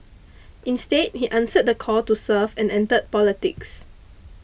instead he answered the call to serve and entered politics